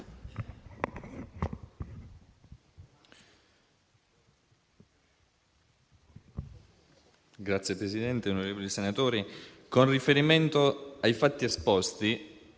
Signor Presidente, onorevoli senatori, con riferimento ai fatti esposti,